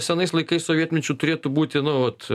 senais laikais sovietmečiu turėtų būti nu vat